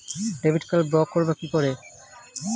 Debit card block করব কিভাবে?